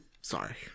sorry